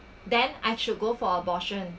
then I should go for abortion